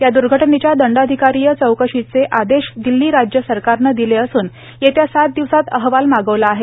या द्र्घटनेच्या दंडाधिकारीय चौकशीचे आदेश दिल्ली राज्यसरकारनं दिले असून येत्या सात दिवसात अहवाल मागवला आहे